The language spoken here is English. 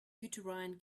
uterine